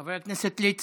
חבר הכנסת ליצמן.